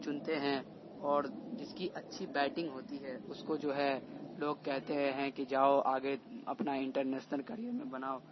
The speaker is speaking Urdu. چنتے ہیں اور جس کی اچھی بیٹنگ ہوتی ہے اس کو جو ہے لوگ کہتے ہیں کہ جاؤ آگے اپنا انٹرنیسنل کڑیئر میں بناؤ